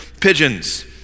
pigeons